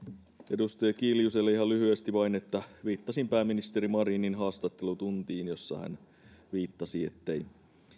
edustaja kiljuselle ihan lyhyesti vain että viittasin pääministeri marinin haastattelutuntiin jossa hän viittasi ettei tätä